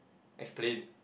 explain